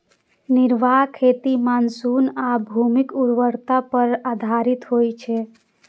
निर्वाह खेती मानसून आ भूमिक उर्वरता पर आधारित होइ छै